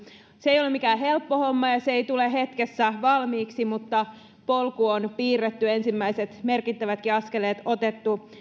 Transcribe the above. se ei ole mikään helppo homma ja se ei tule hetkessä valmiiksi mutta polku on piirretty ja ensimmäiset merkittävätkin askeleet otettu